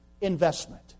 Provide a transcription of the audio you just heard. investment